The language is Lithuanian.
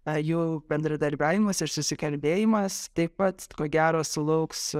na jų bendradarbiavimas ir susikalbėjimas taip pat ko gero sulauks